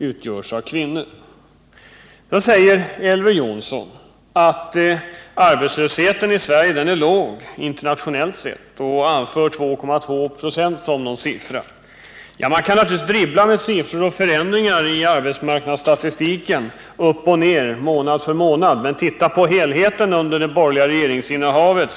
Elver Jonsson säger också att arbetslösheten i Sverige är låg internationellt sett — 2,2 26. Ja, man kan naturligtvis dribbla med siffror och förändringar i arbetsmarknadsstatistiken upp och ner, månad för månad. Men se på helheten under det borgerliga regeringsinnehavet!